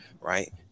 Right